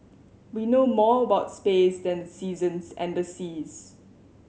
we know more about space than the seasons and the seas